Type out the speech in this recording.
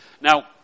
Now